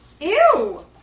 Ew